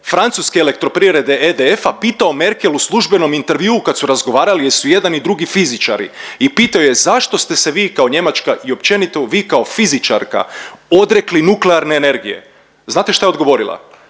francuske elektroprivrede EDF-a pitao Merkel u službenom intervjuu kad su razgovarali jer su jedan i drugi fizičari, i pitao je zašto ste se vi kao Njemačka i općenito vi kao fizičarka odrekli nuklearne energije. Znate šta je odgovorila?